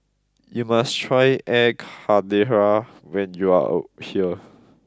you must try air Karthira when you are here